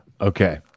Okay